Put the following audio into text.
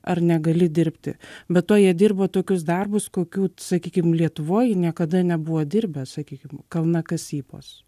ar negali dirbti be to jie dirbo tokius darbus kokių sakykim lietuvoj niekada nebuvo dirbę sakykim kalnakasybos